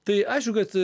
tai aišku kad